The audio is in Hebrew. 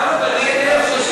כמה בניתם?